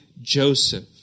Joseph